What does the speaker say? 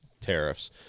tariffs